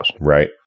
Right